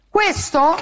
Questo